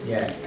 Yes